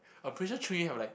I'm pretty sure have like